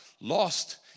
lost